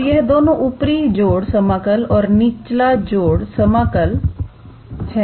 तो यह दोनों ऊपरी जोड़ समाकल और निचला जोड़ समाकल है